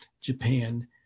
Japan